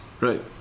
Right